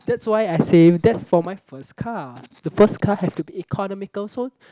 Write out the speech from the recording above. that's why I say that's for my first car the first car have to be economical so